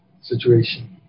situation